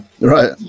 right